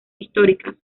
históricas